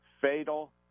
Fatal